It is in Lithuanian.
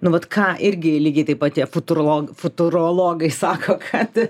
nu vat ką irgi lygiai taip pat tie futurolog futurologai sako kad